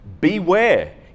Beware